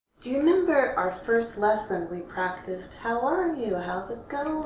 do you remember our first lesson? we practiced how are you? how's it going?